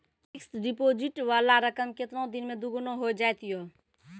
Fixed deposit वाला रकम केतना दिन मे दुगूना हो जाएत यो?